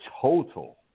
total